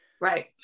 Right